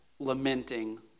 lamenting